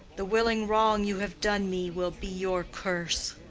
the willing wrong you have done me will be your curse.